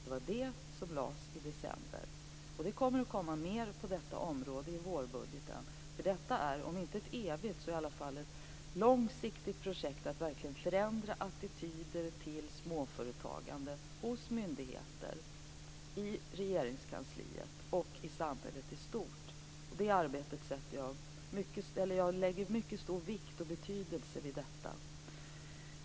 Det var ett sådant program som lades fram i december, och det kommer mera på detta område i vårbudgeten. Det är ett, om inte ett evigt så i alla fall ett långsiktigt projekt att förändra attityder till småföretagande hos myndigheter, i Regeringskansliet och i samhället i stort. Jag lägger mycket stor vikt vid det arbetet.